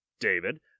David